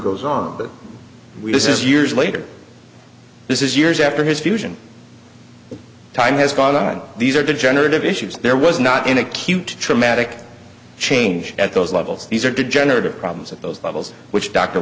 goes on but we do says years later this is years after his fusion time has gone on and these are degenerative issues there was not an acute traumatic change at those levels these are degenerative problems at those levels which d